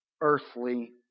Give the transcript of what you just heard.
earthly